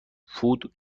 فود